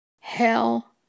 Hell